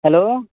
hello